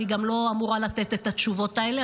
אני גם לא אמורה לתת את התשובות האלה,